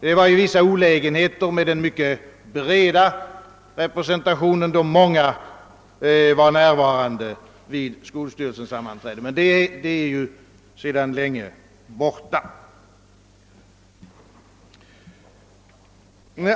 Det var ju vissa olägenheter förenade med den tidigare mycket breda representationen, som medförde att ett stort antal representanter kunde vara närvarande vid skolstyrelsesammanträdena. Denna breda representation är emellertid sedan länge avskaffad.